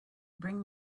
bring